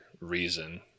reason